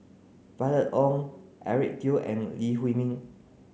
Violet Oon Eric Teo and Lee Huei Min